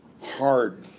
hard